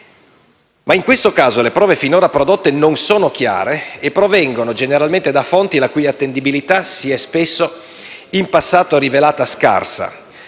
Ma in questo caso le prove finora prodotte non sono chiare e provengono generalmente da fonti la cui attendibilità in passato si è spesso rivelata scarsa.